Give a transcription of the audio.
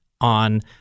on